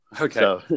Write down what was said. Okay